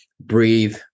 breathe